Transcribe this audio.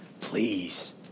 please